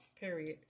Period